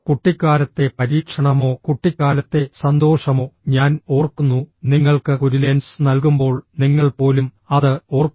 കുട്ടിക്കാലത്തെ പരീക്ഷണമോ കുട്ടിക്കാലത്തെ സന്തോഷമോ ഞാൻ ഓർക്കുന്നു നിങ്ങൾക്ക് ഒരു ലെൻസ് നൽകുമ്പോൾ നിങ്ങൾ പോലും അത് ഓർക്കും